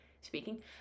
speaking